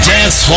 Dance